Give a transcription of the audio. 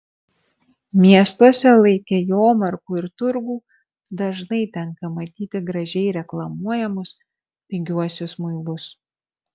miestuose laike jomarkų ir turgų dažnai tenka matyti gražiai reklamuojamus pigiuosius muilus